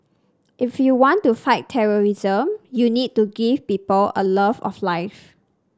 if you want to fight terrorism you need to give people a love of life